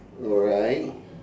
alright